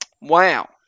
Wow